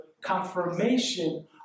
confirmation